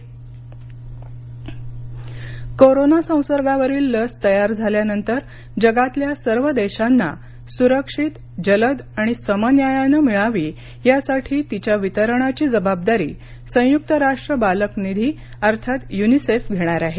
UNICEF corona संसर्गावरील लस तयार झाल्यानंतर जगातल्या सर्व देशांना सुरक्षित जलद आणि समन्यायानं मिळावी यासाठी तिच्या वितरणाची जबाबदारी संयुक्त राष्ट्र बालक निधी अर्थात युनिसेफ घेणार आहे